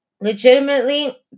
Legitimately